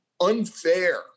unfair